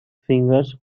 fingers